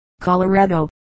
Colorado